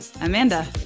Amanda